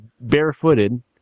barefooted